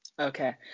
Okay